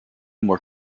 more